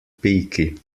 peaky